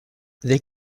they